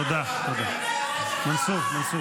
תגנו את החמאס.